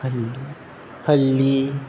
हल्ली